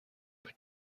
but